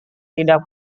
tidak